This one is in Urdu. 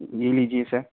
جی لیجیے سر